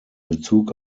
bezug